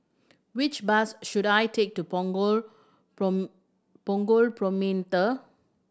which bus should I take to Punggol Promenade